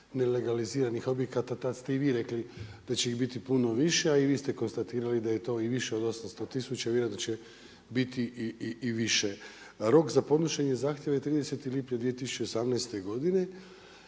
nelegaliziranih objekata, tada ste vi rekli da će ih biti puno više, a i vi ste konstatirali da je to i više od 800 tisuća, vjerojatno će biti i više. Rok za podnošenje zahtjeva je 30.lipnja 2018. godine.